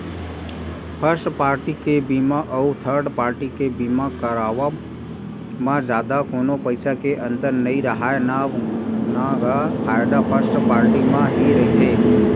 first party के बीमा अउ थर्ड पाल्टी के बीमा करवाब म जादा कोनो पइसा के अंतर नइ राहय न गा फायदा फस्ट पाल्टी म ही रहिथे